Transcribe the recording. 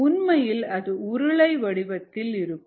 உண்மையில் அது உருளை வடிவத்தில் இருக்கும்